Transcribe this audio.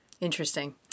Interesting